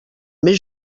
més